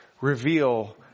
reveal